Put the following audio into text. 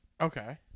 Okay